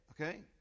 Okay